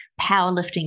powerlifting